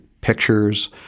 pictures